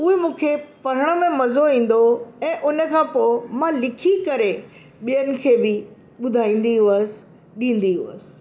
उहे मूंखे पढ़ण में मज़ो ईंदो हो ऐं उनखां पोइ मां लिखी करे ॿियनि खे बि ॿुधाईंदी हुयसि ॾींदी हुयसि